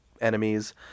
enemies